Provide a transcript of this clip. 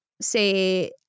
say